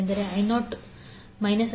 ಆದರೆ I0 I2 I0 I218